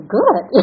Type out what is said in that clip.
good